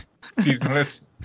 seasonless